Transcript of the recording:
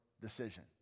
decision